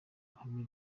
ruhame